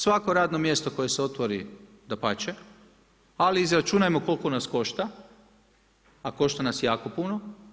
Svako radno mjesto koje se otvori dapače, ali izračunajmo koliko nas košta, a košta nas jako puno.